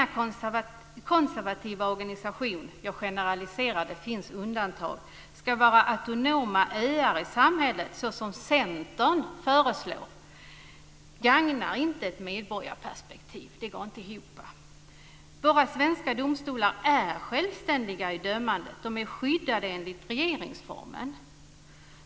Att denna konservativa organisation - jag generaliserar; det finns undantag - ska bilda autonoma öar i samhället, såsom Centern föreslår, gagnar inte ett medborgarperspektiv. Det går bara inte ihop. Våra svenska domstolar är självständiga i sitt dömande. De är skyddade enligt regeringsformen.